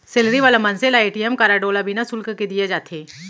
salary वाला मनसे ल ए.टी.एम कारड ओला बिना सुल्क के दिये जाथे